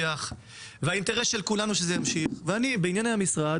נו, בוא, איזה עלה זית?